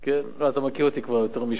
לא, אתה מכיר אותי כבר יותר משבועיים.